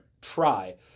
try